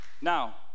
Now